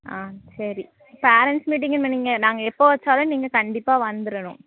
ஆ சரி parents meeting நீங்கள் நாங்கள் எப்போது வெச்சாலும் நீங்கள் கண்டிப்பாக வந்துடணும்